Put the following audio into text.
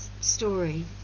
story